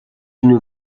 une